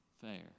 fair